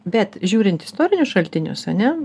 bet žiūrint istorinius šaltinius ar ne